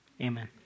amen